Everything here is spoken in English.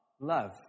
love